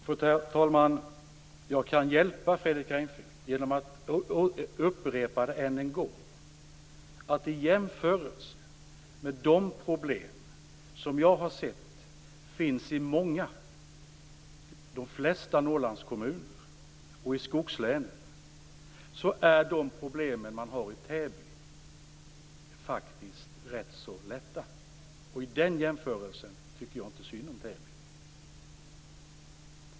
Fru talman! Jag kan hjälpa Fredrik Reinfeldt genom att än en gång upprepa att i jämförelse med de problem som jag har sett finns i de flesta Norrlandskommuner och i skogslänen är de problem som man har i Täby faktiskt rätt så lätta. I den jämförelsen tycker jag inte synd om Täby.